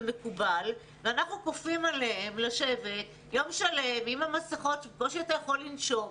ואנחנו כופים עליהם לשבת יום שלם עם המסכות כשבקושי ניתן לנשום,